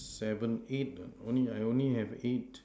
seven eight only I only have eight